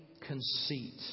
conceit